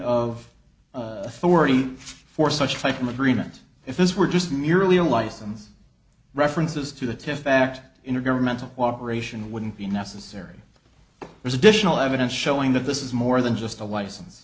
authority for such type of agreement if this were just merely a license references to the test fact intergovernmental cooperation wouldn't be necessary there's additional evidence showing that this is more than just a license